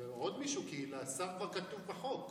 לעוד מישהו, כי לשר כבר כתוב בחוק.